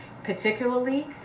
particularly